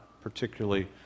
particularly